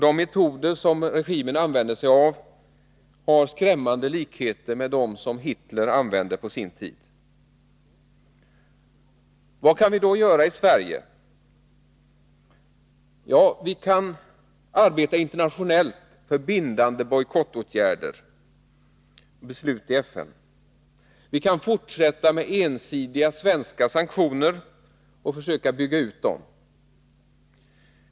De metoder som regimen använder har skrämmande likheter med dem som Hitler använde på sin tid. Vad kan vi då göra i Sverige? Jo, vi kan arbeta internationellt för bindande beslut i FN om bojkottåtgärder. Vi kan fortsätta med ensidiga svenska sanktioner och försöka bygga ut dem.